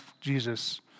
Jesus